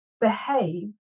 behave